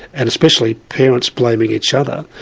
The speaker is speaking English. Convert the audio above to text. and especially parents blaming each other,